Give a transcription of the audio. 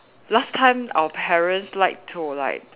last time our parents like to like